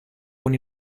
con